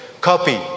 Copy